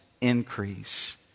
increase